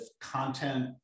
content